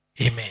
Amen